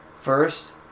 first